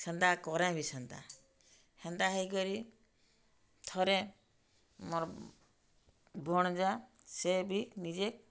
ସେନ୍ତା କରେଁ ବି ସେନ୍ତା ହେନ୍ତା ହେଇକରି ଥରେ ମୋର୍ ଭଣଜା ସେ ବି ନିଜେ